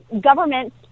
government